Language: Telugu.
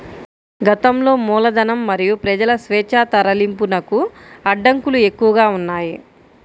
గతంలో మూలధనం మరియు ప్రజల స్వేచ్ఛా తరలింపునకు అడ్డంకులు ఎక్కువగా ఉన్నాయి